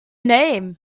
name